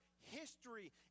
history